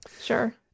Sure